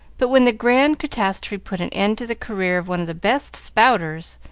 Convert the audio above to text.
but when the grand catastrophe put an end to the career of one of the best spouters,